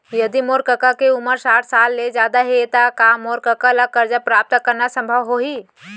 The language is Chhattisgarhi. यदि मोर कका के उमर साठ साल ले जादा हे त का मोर कका ला कर्जा प्राप्त करना संभव होही